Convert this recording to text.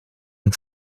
een